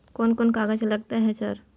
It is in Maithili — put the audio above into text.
कोन कौन कागज लगतै है सर?